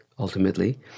ultimately